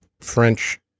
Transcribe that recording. French